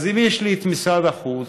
אז אם יש לי משרד החוץ,